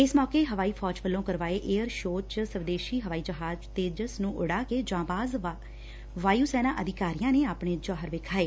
ਇਸ ਮੌਕੇ ਹਵਾਈ ਫੌਜ ਵੱਲੋ ਕਰਵਾਏ ਏਅਰ ਸ਼ੋਅ ਚ ਸਵਦੇਸ਼ੀ ਹਵਾਈ ਜਹਾਜ਼ ਤੇਜਸ ਨੂੰ ਉਡਾ ਕੇ ਜਾਂਬਾਜ ਵਾਯੁ ਸੈਨਾ ਅਧਿਕਾਰੀਆਂ ਨੇ ਆਪਣੇ ਜ਼ੋਹਰ ਵਿਖਾਏ